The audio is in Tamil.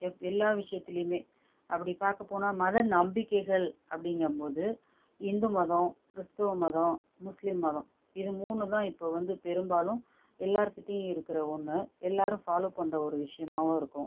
எல்லா விஷயத்துலேயுமே அப்படி பார்க்கப் போனா மத நம்பிக்கைகள் அப்படிங்கும் போது இந்து மதம் கிறிஸ்துவ மதம் முஸ்லீம் மதம் இது மூணுந்தான் இப்போ வந்து பெரும்பாலும் எல்லார்கிட்டேயும் இருக்கிற ஒன்று எல்லோரும் ஃபாலோ பண்ணுற ஒரு விஷயமாவும் இருக்கும்